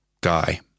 guy